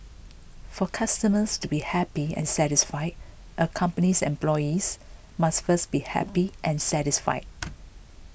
for customers to be happy and satisfied a company's employees must first be happy and satisfied